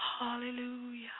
Hallelujah